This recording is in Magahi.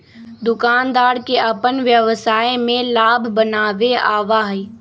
दुकानदार के अपन व्यवसाय में लाभ बनावे आवा हई